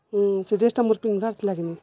ହଁ ସେ ଡ଼୍ରେସ୍ଟା ମର୍ ପିନ୍ଧିବାର୍ ଥିଲାକିିନି